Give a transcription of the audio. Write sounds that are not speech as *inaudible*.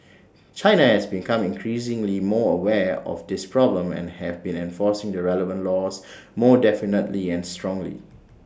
China has becoming increasingly more aware of this problem and have been enforcing the relevant laws *noise* more definitely and strongly